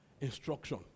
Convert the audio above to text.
instruction